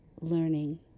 learning